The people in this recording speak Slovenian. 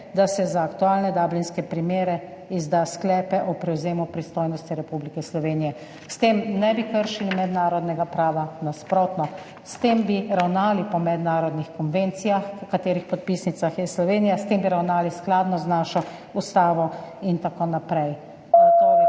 da se za aktualne dublinske primere izdajo sklepi o prevzemu pristojnosti Republike Slovenije? S tem ne bi kršili mednarodnega prava. Nasprotno, s tem bi ravnali po mednarodnih konvencijah, katerih podpisnica je Slovenija, s tem bi ravnali skladno z našo ustavo in tako naprej.